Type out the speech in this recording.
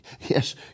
Yes